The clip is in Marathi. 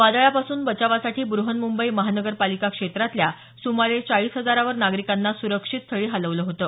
वादळापासून बचावासाठी ब्रहन्मंबई महानगरपालिका क्षेत्रातल्या सुमारे चाळीस हजारावर नागरिकांना सुरक्षित स्थळी हलवलं होतं